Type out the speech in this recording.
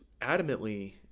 adamantly